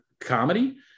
comedy